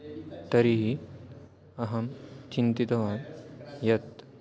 तर्हि अहं चिन्तितवान् यत्